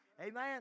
Amen